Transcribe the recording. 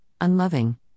unloving